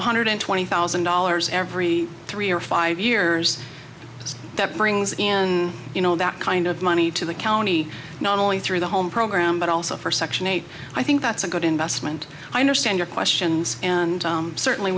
know hundred twenty thousand dollars every three or five years that brings in you know that kind of money to the county not only through the home program but also for section eight i think that's a good investment i understand your questions and certainly